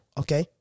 okay